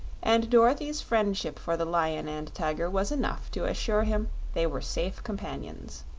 and dorothy's friendship for the lion and tiger was enough to assure him they were safe companions.